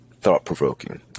thought-provoking